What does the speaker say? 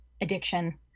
addiction